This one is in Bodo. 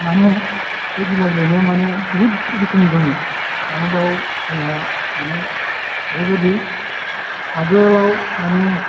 माने बे गिला गेलेनायाव मानो बहुत रोखोमनि दंमोन माने बाव जोंहा माने ओरैबायदि आगोलआव माने